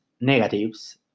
negatives